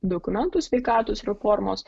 dokumentus sveikatos reformos